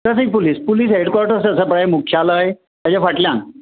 traffic police police headquarters आसा पळय मुख्यालय थंय ताजें फाटल्यान